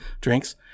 drinks